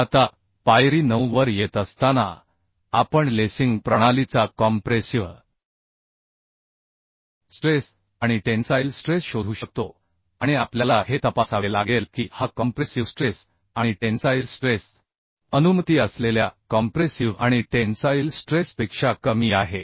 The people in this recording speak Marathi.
आता पायरी 9 वर येत असताना आपण लेसिंग प्रणालीचा कॉम्प्रेसिव्हस्ट्रेस आणि टेन्साइल स्ट्रेस शोधू शकतो आणि आपल्याला हे तपासावे लागेल की हा कॉम्प्रेसिव्ह स्ट्रेस आणि टेन्साइल स्ट्रेस अनुमती असलेल्या कॉम्प्रेसिव्ह आणि टेन्साइल स्ट्रेसपेक्षा कमी आहे